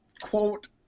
quote